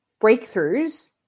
breakthroughs